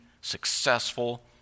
successful